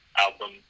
album